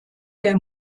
der